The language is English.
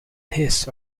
his